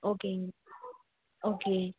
ஓகேங்க ஓகே